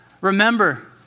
remember